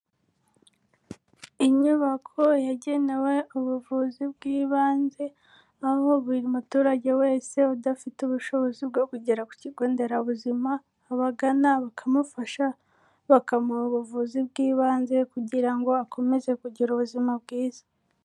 Inyubako yagenewe ubuvuzi bw'ibanze, aho buri muturage wese udafite ubushobozi bwo kugera ku kigo nderabuzima abagana, bakamufasha, bakamuha ubuvuzi bw'ibanze kugira ngo akomeze kugira ubuzima bwiza.